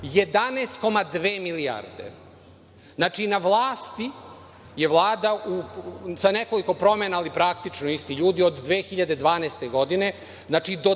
11,2 milijarde. Znači, na vlasti je Vlada sa nekoliko promena, ali praktično isti ljudi, od 2012. godine do danas